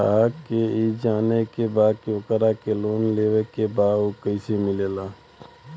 ग्राहक के ई जाने के बा की ओकरा के लोन लेवे के बा ऊ कैसे मिलेला?